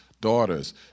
daughters